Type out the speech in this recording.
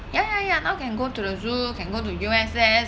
ya ya ya now can go to the zoo can go to U_S_S